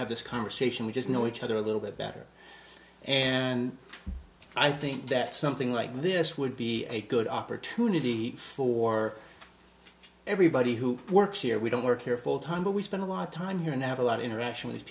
have this conversation we just know each other a little bit better and i think that something like this would be a good opportunity for everybody who works here we don't work here full time but we spend a lot of time here and have a lot internation